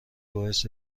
باعث